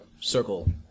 circle